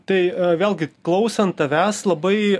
tai vėlgi klausant tavęs labai